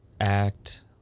act